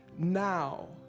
now